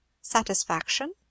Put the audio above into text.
Satisfaction